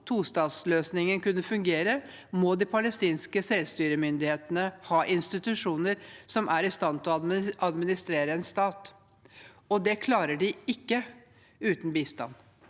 tostatsløsningen kunne fungere, må de palestinske selvstyremyndighetene ha institusjoner som er i stand til å administrere en stat, og det klarer de ikke uten bistand.